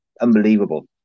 unbelievable